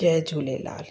Jay Jhulelal